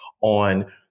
on